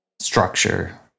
structure